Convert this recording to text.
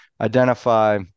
identify